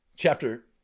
Chapter